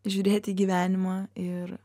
žiūrėti į gyvenimą ir